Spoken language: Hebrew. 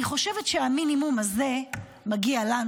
אני חושבת שהמינימום הזה מגיע לנו,